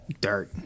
dirt